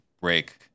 break